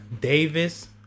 Davis